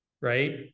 right